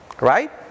Right